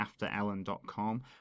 AfterEllen.com